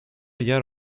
yer